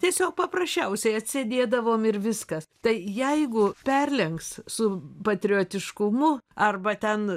tiesiog paprasčiausiai atsėdėdavom ir viskas tai jeigu perlenks su patriotiškumu arba ten